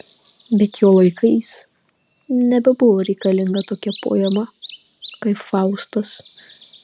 bet jo laikais nebebuvo reikalinga tokia poema kaip faustas